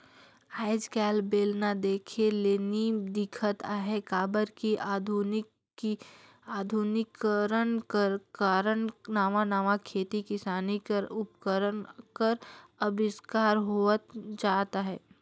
आएज काएल बेलना देखे ले नी दिखत अहे काबर कि अधुनिकीकरन कर कारन नावा नावा खेती किसानी कर उपकरन कर अबिस्कार होवत जात अहे